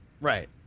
Right